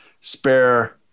Spare